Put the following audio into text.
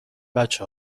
بچه